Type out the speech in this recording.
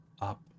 Up